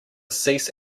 cease